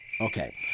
Okay